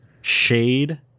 shade